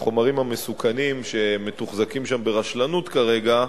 שהחומרים המסוכנים, שמתוחזקים שם ברשלנות כרגע,